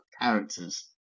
characters